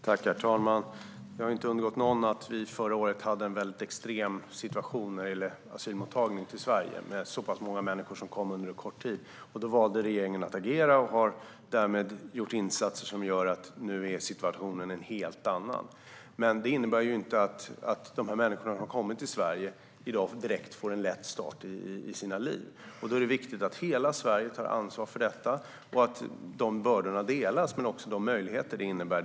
Herr talman! Det har inte undgått någon att vi förra året hade en extrem situation när det gäller asylmottagning i Sverige. Det var många människor som kom under kort tid. Då valde regeringen att agera och har därmed vidtagit åtgärder som gör att situationen nu är en helt annan. Det innebär dock inte att de människor som har kommit till Sverige får en lätt start på sina nya liv. Det är viktigt att hela Sverige tar ansvar för detta och delar de bördor - men också de möjligheter - detta innebär.